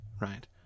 right